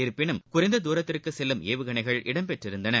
இருப்பினும் குறைந்த தூரத்திற்குசெலுத்தும் ஏவுகணைகள் இடம்பெற்றிருந்தன